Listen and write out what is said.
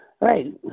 right